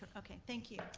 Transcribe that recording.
okay thank you.